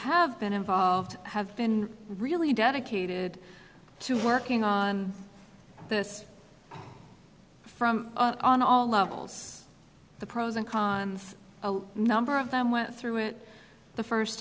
have been involved have been really dedicated to working on this from on all levels the pros and cons a number of them went through it the first